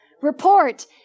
Report